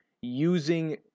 using